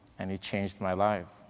and he changed my life.